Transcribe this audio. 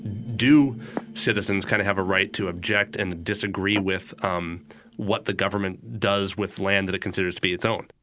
do citizens kind of have a right to object and to disagree with um what the government does with land that it considers to be its own?